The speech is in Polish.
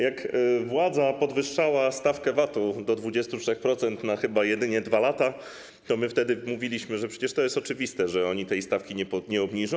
Jak władza podwyższała stawkę VAT-u do 23% na chyba jedynie 2 lata, to my wtedy mówiliśmy, że przecież to jest oczywiste, że oni tej stawki nie obniżą.